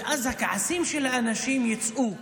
הכעסים של האנשים יצאו,